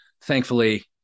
thankfully